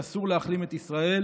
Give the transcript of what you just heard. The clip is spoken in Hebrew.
שאסור להכלים את ישראל,